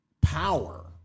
power